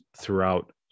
throughout